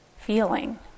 feeling